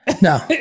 no